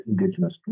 indigenous